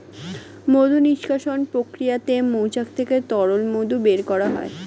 মধু নিষ্কাশণ প্রক্রিয়াতে মৌচাক থেকে তরল মধু বের করা হয়